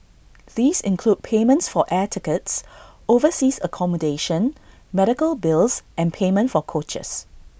these include payments for air tickets overseas accommodation medical bills and payment for coaches